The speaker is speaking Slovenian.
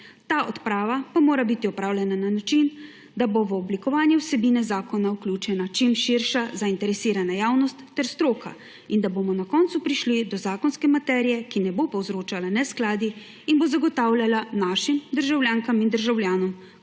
Ta odprava pa mora biti opravljena na način, da bo v oblikovanje vsebina zakona vključena čim širša zainteresirana javnost ter stroka in da bomo na koncu prišli do zakonske materije, ki ne bo povzročala neskladij in bo zagotavljala našim državljankam in državljanom